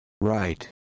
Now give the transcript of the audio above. Right